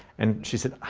and she said,